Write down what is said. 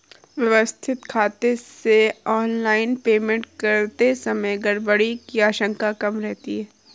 व्यवस्थित खाते से ऑनलाइन पेमेंट करते समय गड़बड़ी की आशंका कम रहती है